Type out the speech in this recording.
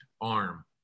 arm